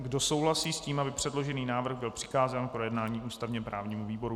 Kdo souhlasí s tím, aby předložený návrh byl přikázán k projednání ústavněprávnímu výboru?